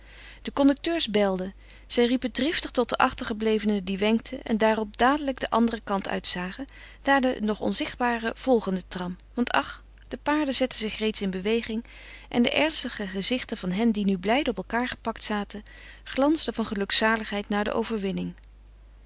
de conducteurs belden zij riepen driftig tot de achtergeblevenen die wenkten en daarop dadelijk den anderen kant uitzagen naar de nog onzichtbare volgende tram want ach de paarden zetten zich reeds in beweging en de ernstige gezichten van hen die nu blijde op elkaâr gepakt zaten glansden van gelukzaligheid na de overwinning